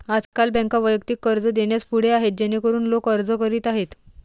आजकाल बँका वैयक्तिक कर्ज देण्यास पुढे आहेत जेणेकरून लोक अर्ज करीत आहेत